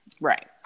Right